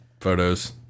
photos